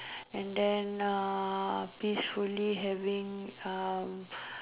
and then uh peacefully having uh